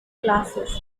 classes